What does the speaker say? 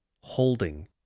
holding